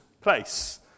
place